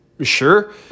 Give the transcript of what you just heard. sure